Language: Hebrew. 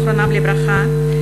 זיכרונם לברכה,